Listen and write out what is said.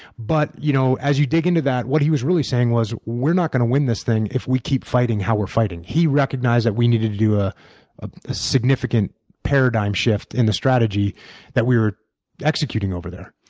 but you know as you dig into that, what he was really saying was we're not going to win this thing if we keep fighting how we're fighting he recognized that we needed to do a ah ah significant paradigm shift in the strategy that we were executing over there.